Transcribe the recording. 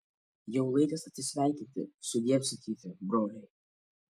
jau laikas atsisveikinti sudiev sakyti broliai